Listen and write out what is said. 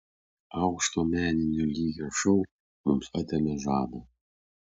aukšto meninio lygio šou mums atėmė žadą